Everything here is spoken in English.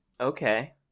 Okay